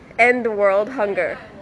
end the world hunger